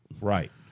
Right